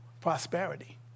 prosperity